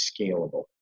scalable